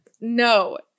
no